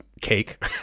cake